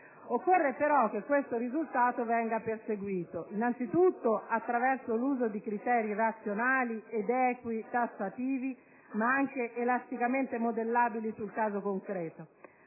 Occorre però che questo risultato venga perseguito innanzitutto attraverso l'uso di criteri razionali ed equi, tassativi ma anche elasticamente modellabili sul caso concreto;